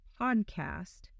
podcast